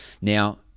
Now